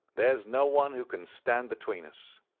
there's no one who can stand between us.